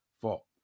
fault